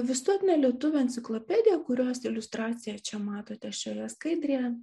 visuotinė lietuvių enciklopedija kurios iliustraciją čia matote šioje skaidrėje